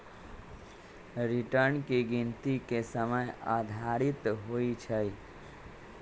return की गिनति के समय आधारित होइ छइ